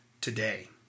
today